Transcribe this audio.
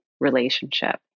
relationship